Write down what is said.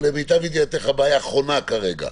למיטב ידיעתך, איפה הבעיה חונה כרגע?